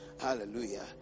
Hallelujah